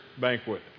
banquet